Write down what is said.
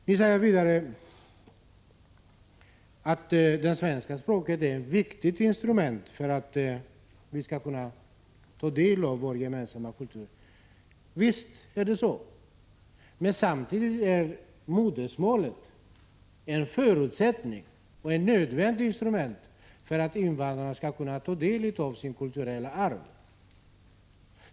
Ni säger alltså att det svenska språket är ett viktigt instrument för att vi skall kunna ta del av vår gemensamma kultur. Visst är det så! Men samtidigt är modersmålet en förutsättning och ett nödvändigt instrument för att invandrarna skall kunna ta del av sitt kulturarv.